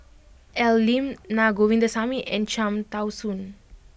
Al Lim Na Govindasamy and Cham Tao Soon